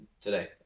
today